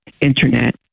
Internet